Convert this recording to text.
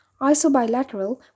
Isobilateral